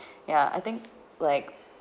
ya I think like